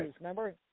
remember